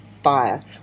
fire